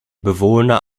bewohner